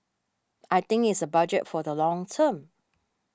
I think it's a budget for the long term